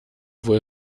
wohl